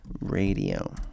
Radio